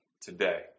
today